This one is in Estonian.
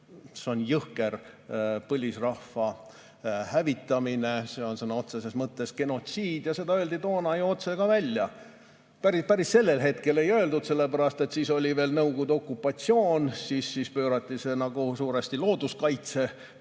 See on jõhker põlisrahva hävitamine, see on sõna otseses mõttes genotsiid ja seda öeldi toona ju otse välja. Päris sellel hetkel ei öeldud, sellepärast et siis oli veel Nõukogude okupatsioon, siis pöörati see suuresti looduskaitse